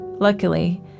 Luckily